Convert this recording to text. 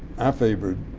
i favored